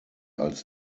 als